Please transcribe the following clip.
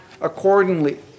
accordingly